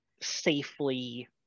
safely